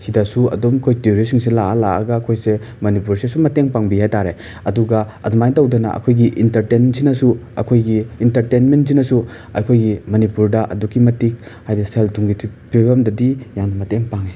ꯁꯤꯗꯁꯨ ꯑꯗꯨꯝ ꯑꯩꯈꯣꯏ ꯇꯨꯔꯤꯁꯁꯤꯡꯁꯦ ꯂꯥꯛꯑ ꯂꯥꯛꯑꯒ ꯑꯩꯈꯣꯏꯁꯦ ꯃꯅꯤꯄꯨꯔꯁꯦ ꯁꯨꯝ ꯃꯇꯦꯡ ꯄꯥꯡꯕꯤ ꯍꯥꯏ ꯇꯥꯔꯦ ꯑꯗꯨꯒ ꯑꯗꯨꯃꯥꯏꯅ ꯇꯧꯗꯅ ꯑꯩꯈꯣꯏꯒꯤ ꯏꯟꯇꯔꯇꯦꯟꯁꯤꯅꯁꯨ ꯑꯩꯈꯣꯏꯒꯤ ꯏꯟꯇꯔꯇꯦꯟꯃꯦꯟꯁꯤꯅꯁꯨ ꯑꯩꯈꯣꯏꯒꯤ ꯃꯅꯤꯄꯨꯔꯗ ꯑꯗꯨꯛꯀꯤ ꯃꯇꯤꯛ ꯍꯥꯏꯗꯤ ꯁꯦꯜ ꯊꯨꯝꯒꯤ ꯐꯤꯕꯝꯗꯗꯤ ꯌꯥꯝꯅ ꯃꯇꯦꯡ ꯄꯥꯡꯉꯤ